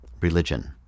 religion